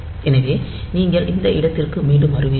எனவே நீங்கள் இந்த இடத்திற்கு மீண்டும் வருவீர்கள்